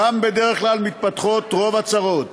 שם בדרך כלל מתפתחות רוב הצרות.